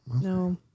No